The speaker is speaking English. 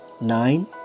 Nine